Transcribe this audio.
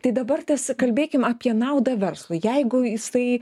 tai dabar tas kalbėkim apie naudą verslui jeigu jis tai